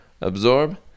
absorb